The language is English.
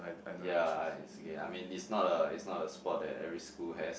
ya I it's okay I mean it's not a it's not a sport that every school has